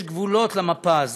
יש גבולות למפה הזאת.